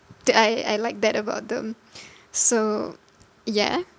I I like that about them so ya